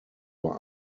war